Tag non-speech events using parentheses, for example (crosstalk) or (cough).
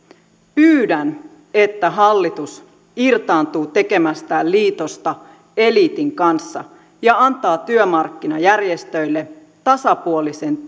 pyydän että hallitus irtaantuu tekemästään liitosta eliitin kanssa ja antaa työmarkkinajärjestöille tasapuolisen (unintelligible)